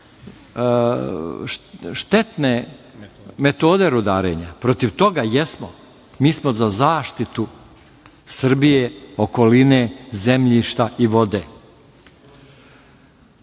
štetne metode rudarenja. Protiv toga jesmo. Mi smo za zaštitu Srbije, okoline, zemljišta i